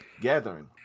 gathering